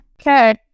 Okay